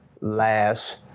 last